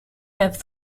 have